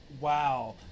wow